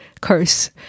curse